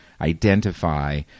identify